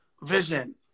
vision